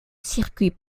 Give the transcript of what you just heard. circuit